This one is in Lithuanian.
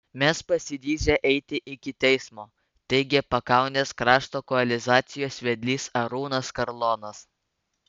mes pasiryžę eiti iki teismo teigė pakaunės krašto koalicijos vedlys arūnas karlonas